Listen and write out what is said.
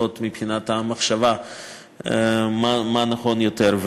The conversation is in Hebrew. לפחות מבחינת המחשבה מה נכון יותר,